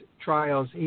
trials